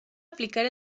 aplicar